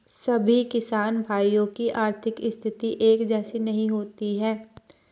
सभी किसान भाइयों की आर्थिक स्थिति एक जैसी नहीं होती है